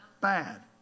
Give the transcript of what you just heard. bad